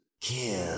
kill